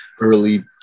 early